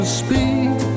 speak